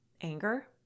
anger